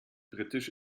britisch